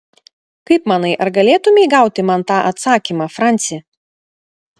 kaip manai ar galėtumei gauti man tą atsakymą franci